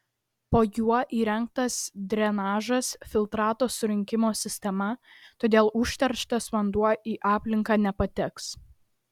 po juo įrengtas drenažas filtrato surinkimo sistema todėl užterštas vanduo į aplinką nepateks